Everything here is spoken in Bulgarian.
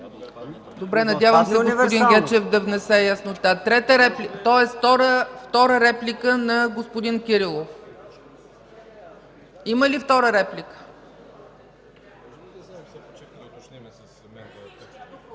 Добре, надявам се господин Гечев да внесе яснота. Втора реплика на господин Кирилов? (Шум и реплики.)